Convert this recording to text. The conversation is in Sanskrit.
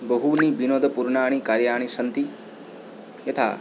बहूनि विनोदपूर्णानि कार्याणि सन्ति यथा